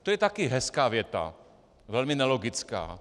To je také hezká věta, velmi nelogická.